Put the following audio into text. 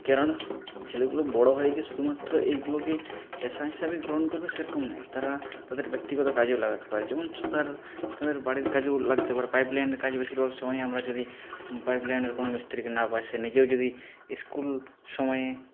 কেননা ছেলেগুলো বড়ো হয়ে যে শুধুমাত্র এইগুলোকেই পেশা হিসেবে গ্রহণ করবে সেরকম নয় তারা তাদের ব্যক্তিগত কাজেও লাগাতে পারে যেমন ছুতার তাদের বাড়ির কাজেও লাগতে পারে পাইপ লাইনের কাজে বেশির ভাগ সময়ই আমরা যদি পাইপ লাইনের কোনো মিস্ত্রিকে না পাই সে নিজেও যদি ইস্কুল সময়ে